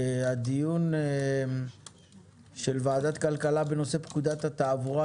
הדיון של ועדת הכלכלה בנושא פקודת התעבורה,